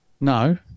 No